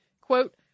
quote